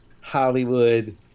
Hollywood